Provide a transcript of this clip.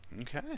Okay